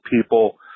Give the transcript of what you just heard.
people